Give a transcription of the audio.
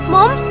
Mom